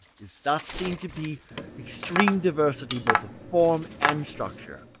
is thus seen to be extreme diversity both of form and structure,